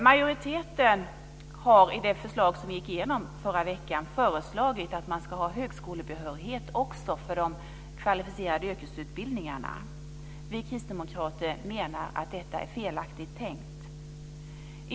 Majoriteten har i det förslag som vi gick igenom förra veckan föreslagit att man ska ha högskolebehörighet också för de kvalificerade yrkesutbildningarna. Vi kristdemokrater menar att detta är felaktigt tänkt.